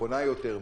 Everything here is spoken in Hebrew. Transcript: נכונה יותר,